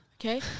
Okay